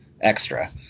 extra